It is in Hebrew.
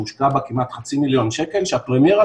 שהושקע בה כמעט חצי מיליון שקל שהפרמיירה